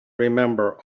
remember